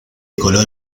color